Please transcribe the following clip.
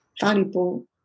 valuable